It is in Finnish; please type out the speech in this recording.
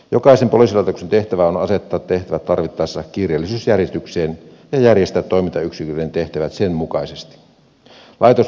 jokaisen poliisilaitoksen tehtävä on asettaa tehtävät tarvittaessa kiireellisyysjärjestykseen ja järjestää toimintayksiköiden tehtävät sen mukaisesti